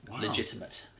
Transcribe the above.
legitimate